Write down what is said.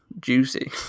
juicy